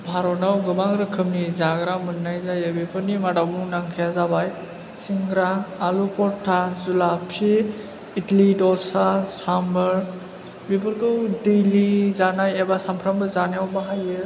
भारतआव गोबां रोखोमनि जाग्रा मोननाय जायो बेफोरनि मादाव मुंदांखाया जाबाय सिंग्रा आलु परता जुलापि इदलि दसा सामबार बेफोरखौ दैलि जानाय एबा सामफ्रामबो जानायाव बाहायो